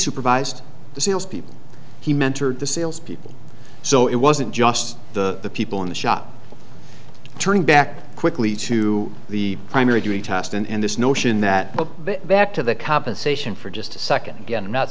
supervised the salespeople he mentored the salespeople so it wasn't just the people in the shop turning back quickly to the primary duty task and this notion that back to the compensation for just a second again